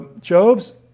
Job's